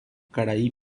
karai